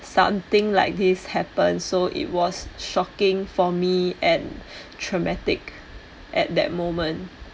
something like this happened so it was shocking for me and traumatic at that moment